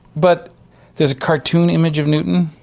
but there is a cartoon image of newton,